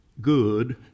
good